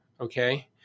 Okay